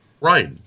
Right